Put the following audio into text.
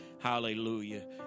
Hallelujah